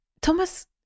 Thomas